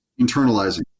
internalizing